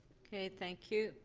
okay, thank you.